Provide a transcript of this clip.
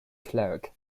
clerk